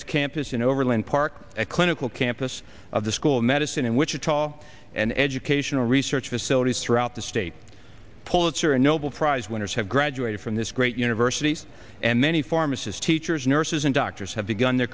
edwards camp is in overland park a clinical campus of the school of medicine in wichita and educational research facilities throughout the state pulitzer and noble prize winners have graduated from this great university and many pharmacists teachers nurses and doctors have begun their